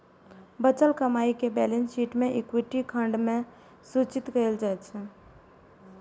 बचल कमाइ कें बैलेंस शीट मे इक्विटी खंड मे सूचित कैल जाइ छै